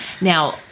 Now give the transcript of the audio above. Now